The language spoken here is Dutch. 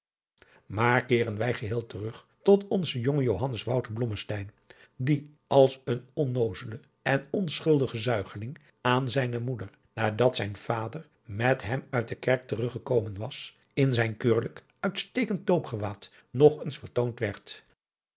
maar keeren wij geheel terug tot onzen jongen johannes wouter blommesteyn die als een onnoozele en onschuldige zuigeling aan zijne moeder nadat zijn vader met hem uit de kerk te rug gekomen was in zijn keurlijk uitstekend doopgewaad nog eens vertoond